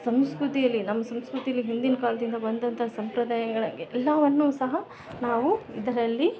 ಸಂಸ್ಕೃತಿಯಲ್ಲಿ ನಮ್ಮ ಸಂಸ್ಕೃತಿಯಲ್ಲಿ ಹಿಂದಿನ ಕಾಲ್ದಿಂದ ಬಂದಂಥ ಸಂಪ್ರದಾಯಗಳಗೆ ಎಲ್ಲವನ್ನು ಸಹ ನಾವು ಇದರಲ್ಲಿ